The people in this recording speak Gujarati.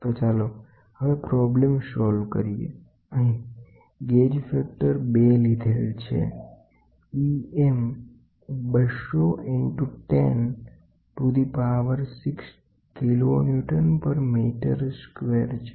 તો ચાલો હવે પ્રોબ્લેમ સોલ્વ કરીએ અહીં ગેજ ફેક્ટર 2 લીધેલ છે Em એ 200 ઈંટુ 106 કિલો ન્યુટન પર મીટર સ્ક્વેર છે